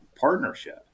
partnership